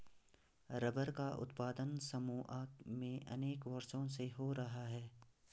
rubber का उत्पादन Samoa में अनेक वर्षों से हो रहा है